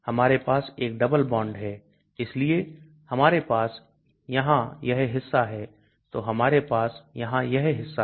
हमारे पास एक डबल बॉन्ड है इसलिए हमारे पास यहां यह हिस्सा है तो हमारे पास यहां यह हिस्सा है